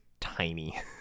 tiny